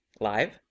Live